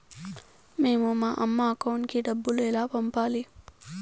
మేము మా అమ్మ అకౌంట్ కి డబ్బులు ఎలా పంపాలి